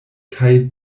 kaj